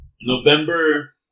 November